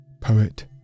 poet